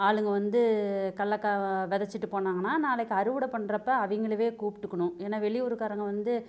ஆளுங்க வந்து கல்லக்காய் விதசிட்டு போனாங்கன்னா நாளைக்கு அறுவட பண்றப்போ அவங்களவே கூப்டுக்கனும் ஏன்னா வெளியூர் காரங்க வந்து